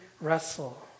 wrestle